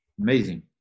Amazing